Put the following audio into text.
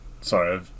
sorry